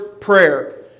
prayer